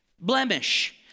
blemish